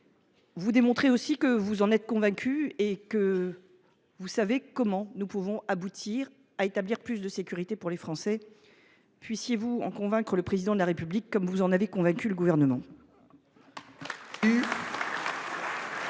Vous démontrez aussi que vous en êtes convaincu et que vous savez comment renforcer la sécurité des Français. Puissiez vous en convaincre le Président de la République comme vous en avez convaincu le Gouvernement !